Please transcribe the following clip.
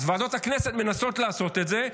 אז ועדות הכנסת מנסות לעשות את זה,